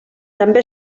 també